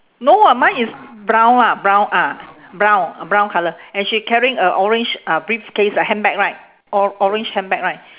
no [what] mine is brown ah brown ah brown brown colour and she carrying a orange uh briefcase a handbag right or~ orange handbag right